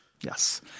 Yes